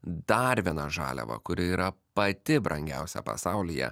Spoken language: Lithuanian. dar viena žaliava kuri yra pati brangiausia pasaulyje